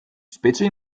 specie